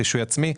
רישוי עצמי.